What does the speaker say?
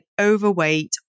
overweight